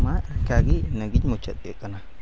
ᱢᱟ ᱡᱟᱜᱮ ᱤᱱᱟᱹᱜᱤᱧ ᱢᱩᱪᱟᱹᱫ ᱠᱮᱜ ᱠᱟᱱᱟ